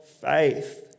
faith